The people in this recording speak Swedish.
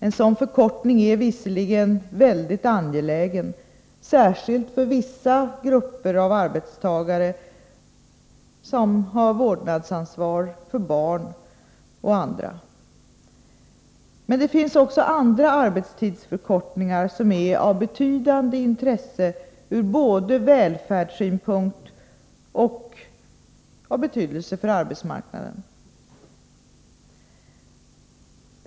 En sådan förkortning är visserligen väldigt angelägen, särskilt för vissa grupper av arbetstagare som har vårdnadsansvar för barn och andra, men det finns också andra arbetstidsförkortningar som är av betydande intresse både ur välfärdssynpunkt och för arbetsmarknaden.